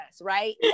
right